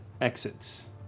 exits